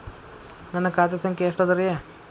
ನನ್ನ ಖಾತೆ ಸಂಖ್ಯೆ ಎಷ್ಟ ಅದರಿ?